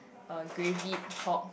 uh gravy pork